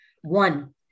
one